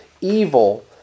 evil